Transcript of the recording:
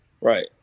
Right